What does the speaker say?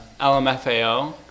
LMFAO